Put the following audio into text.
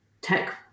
tech